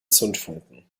zündfunken